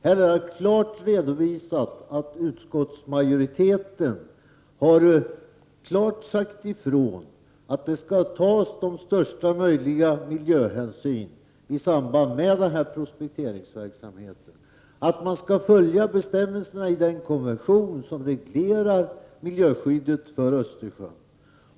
Här har jag klart redovisat att utskottsmajoriteten klart har sagt ifrån att det skall tas största möjliga miljöhänsyn i samband med prospekteringsverksamhet, att man skall följa bestämmelserna i den konvention som reglerar miljöskyddet för Östersjön.